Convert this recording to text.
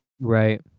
Right